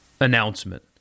announcement